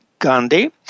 gandhi